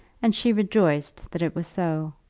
and she rejoiced that it was so.